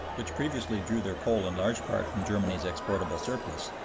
which previously drew their coal in large part from germany's exportable surplus,